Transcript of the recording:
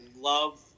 love